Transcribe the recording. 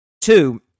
two